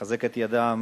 לחזק את ידם